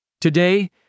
Today